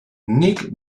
nik